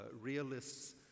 realists